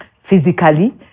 physically